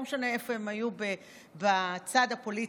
לא משנה איפה הם היו בצד הפוליטי,